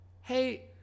hey